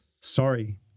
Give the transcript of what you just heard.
Sorry